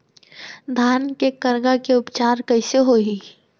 धान के करगा के उपचार कइसे होही?